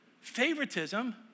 Favoritism